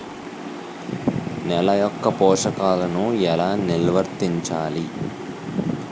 నెల యెక్క పోషకాలను ఎలా నిల్వర్తించాలి